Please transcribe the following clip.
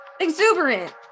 exuberant